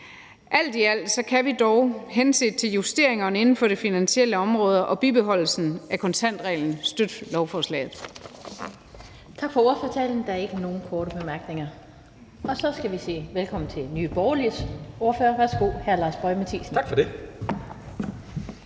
Alt i alt kan vi dog henset til justeringerne inden for det finansielle område og bibeholdelsen af kontantreglen støtte lovforslaget.